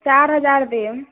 चारि हजार देब